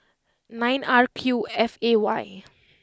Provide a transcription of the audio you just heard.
nine R Q F A Y